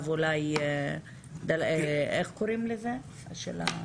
תמיד תהיה איזושהי